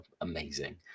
amazing